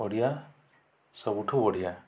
ଓଡ଼ିଆ ସବୁଠୁ ବଢ଼ିଆ